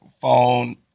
phone